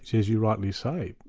as you rightly say,